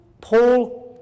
Paul